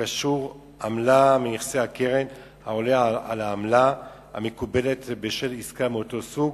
קשור עמלה מנכסי הקרן העולה על העמלה המקובלת בשל עסקה מאותו סוג.